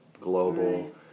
global